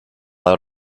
out